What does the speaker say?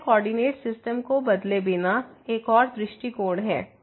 तो यह coordinate system को बदले बिना एक और दृष्टिकोण है